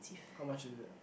how much is it